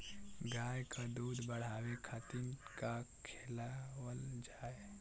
गाय क दूध बढ़ावे खातिन का खेलावल जाय?